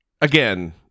again